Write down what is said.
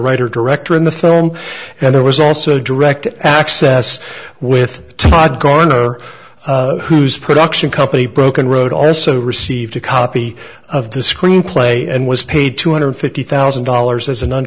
writer director in the film and there was also direct access with todd garner whose production company broken road also received a copy of the screenplay and was paid two hundred fifty thousand dollars as a